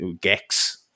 Gex